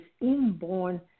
inborn